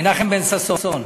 מנחם בן-ששון.